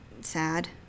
sad